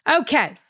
Okay